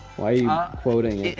why are you quoting?